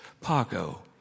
Paco